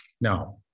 Now